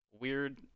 weird